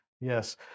Yes